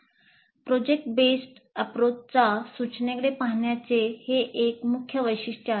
प्रकल्प आधारित दृष्टिकोनाचा सूचनेकडे पाहण्याचे हे शेवटचे मुख्य वैशिष्ट्य आहे